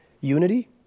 unity